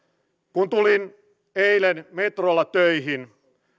kun tulin eilen metrolla töihin